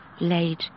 laid